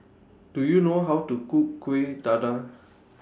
Do YOU know How to Cook Kuih Dadar